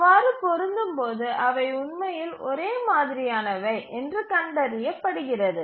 அவ்வாறு பொருத்தும்போது அவை உண்மையில் ஒரே மாதிரியானவை என்று கண்டறியப்படுகிறது